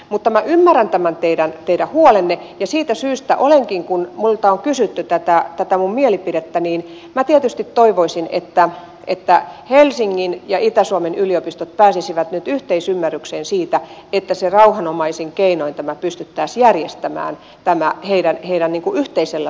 mutta minä ymmärrän tämän teidän huolenne ja siitä syystä kun minulta on kysytty tätä minun mielipidettäni niin minä tietysti toivoisin että helsingin ja itä suomen yliopistot pääsisivät nyt yhteisymmärrykseen siitä että rauhanomaisin keinoin tämä pystyttäisiin järjestämään niiden yhteisellä sopimuksella